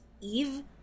Eve